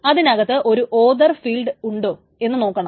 അതിനകത്ത് ഒരു other field ഉണ്ടോ എന്ന് നോക്കുക